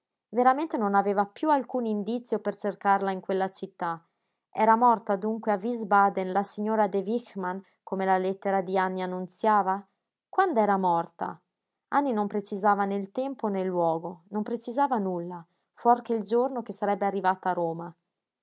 veramente non aveva piú alcun indizio per cercarla in quella città era morta dunque a wiesbaden la signora de wichmann come la lettera di anny annunziava quand'era morta anny non precisava né il tempo né il luogo non precisava nulla fuor che il giorno che sarebbe arrivata a roma